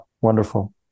Wonderful